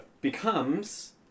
becomes